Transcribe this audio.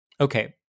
Okay